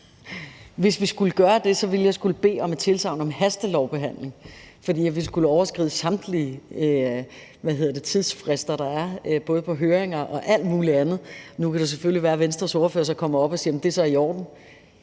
Hvis vi skulle gøre det, ville jeg skulle bede om et tilsagn om hastelovbehandling, fordi jeg ville skulle overskride samtlige tidsfrister, der er, både på høringer og alt muligt andet. Nu kan det selvfølgelig være, at Venstres ordfører så kommer op og siger, at det så er i orden,